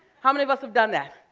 how many of us have done that?